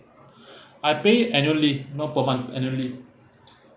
I pay annually not per month annually